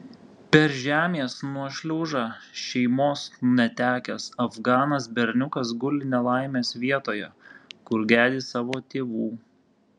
per žemės nuošliaužą šeimos netekęs afganas berniukas guli nelaimės vietoje kur gedi savo tėvų